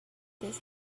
this